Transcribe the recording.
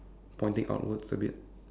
pointing outwards a bit